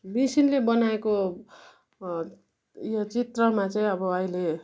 मिसिनले बनाएको उयो चित्रमा चाहिँ अब अहिले